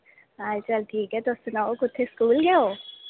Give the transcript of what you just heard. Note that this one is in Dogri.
हाल चाल ठीक ऐ तुस सनाओ कुत्थै स्कूल गै ओ